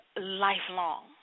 lifelong